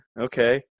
Okay